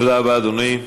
תודה רבה, אדוני.